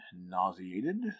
nauseated